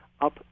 up